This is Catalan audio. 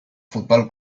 futbol